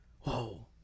whoa